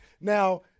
Now